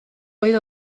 oedd